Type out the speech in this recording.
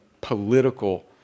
political